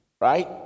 right